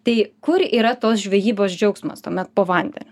tai kur yra tos žvejybos džiaugsmas tuomet po vandeniu